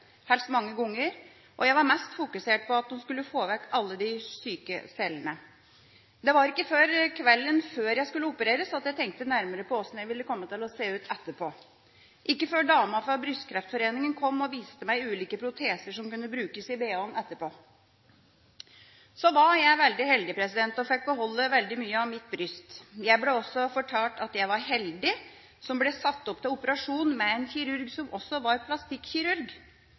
helst mange ganger, og jeg var mest fokusert på at de skulle få vekk alle de syke cellene. Det var ikke før kvelden før jeg skulle opereres, at jeg tenkte nærmere på hvordan jeg ville komme til å se ut etterpå – ikke før dama fra Foreningen for brystkreftopererte kom og viste meg ulike proteser som kunne brukes i bh-en etterpå. Så var jeg veldig heldig og fikk beholde veldig mye av mitt bryst. Jeg ble også fortalt at jeg var heldig som ble satt opp til operasjon med en kirurg som også var